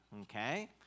okay